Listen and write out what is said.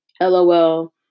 LOL